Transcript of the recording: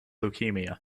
leukaemia